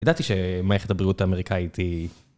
ידעתי שמערכת הבריאות האמריקאית היא...